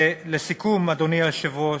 לסיכום, אדוני היושב-ראש,